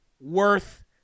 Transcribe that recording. worth